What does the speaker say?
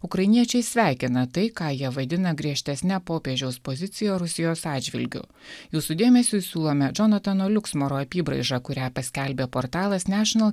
ukrainiečiai sveikina tai ką jie vadina griežtesne popiežiaus pozicija rusijos atžvilgiu jūsų dėmesiui siūlome džonatano liuksmaro apybraižą kurią paskelbė portalas national